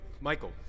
Michael